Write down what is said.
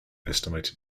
estimated